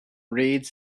reads